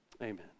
Amen